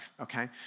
okay